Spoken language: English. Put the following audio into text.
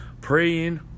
praying